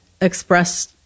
express